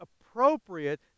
appropriate